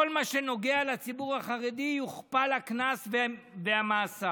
בכל מה שנוגע לציבור החרדי, יוכפלו הקנס והמאסר,